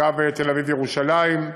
קו תל-אביב ירושלים,